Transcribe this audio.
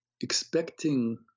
expecting